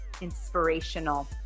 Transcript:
inspirational